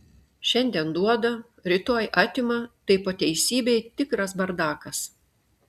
šiandien duoda rytoj atima tai po teisybei tikras bardakas